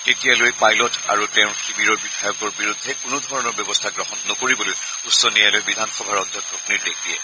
তেতিয়ালৈ পাইলট আৰু তেওঁৰ শিবিৰৰ বিধায়কৰ বিৰুদ্ধে কোনোধৰণৰ ব্যৱস্থা গ্ৰহণ নকৰিবলৈ উচ্চ ন্যায়ালয়ে বিধানসভাৰ অধ্যক্ষক নিৰ্দেশ দিয়ে